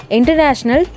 International